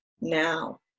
now